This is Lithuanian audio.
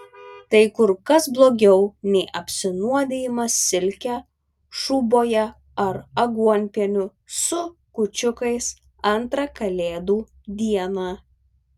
tai kur kas blogiau nei apsinuodijimas silke šūboje ar aguonpieniu su kūčiukais antrą kalėdų dieną